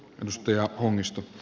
jos työ onnistu